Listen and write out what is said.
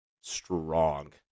strong